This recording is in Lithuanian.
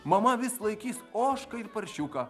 mama vis laikys ožką ir paršiuką